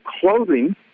clothing